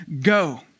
go